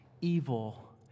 evil